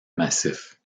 massif